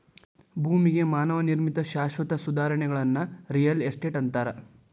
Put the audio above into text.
ಭೂಮಿಗೆ ಮಾನವ ನಿರ್ಮಿತ ಶಾಶ್ವತ ಸುಧಾರಣೆಗಳನ್ನ ರಿಯಲ್ ಎಸ್ಟೇಟ್ ಅಂತಾರ